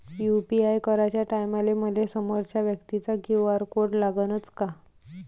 UPI कराच्या टायमाले मले समोरच्या व्यक्तीचा क्यू.आर कोड लागनच का?